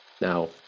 Now